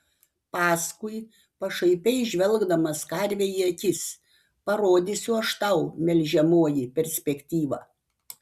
paskui pašaipiai žvelgdamas karvei į akis parodysiu aš tau melžiamoji perspektyvą